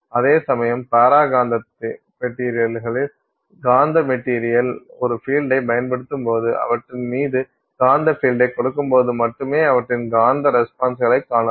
அதேசமயம் பாராகாந்தப் மெட்டீரியல்களில் காந்தப் மெட்டீரியல் ஒரு பீல்டை பயன்படுத்தும்போது அவற்றின் மீது ஒரு காந்த பீல்டை கொடுக்கும் போது மட்டுமே அவற்றின் காந்த ரெஸ்பான்ஸ்சை காணலாம்